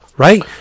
Right